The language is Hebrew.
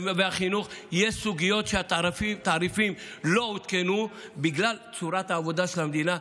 יש סוגיות שהתעריפים לא עודכנו בגלל צורת העבודה של המדינה.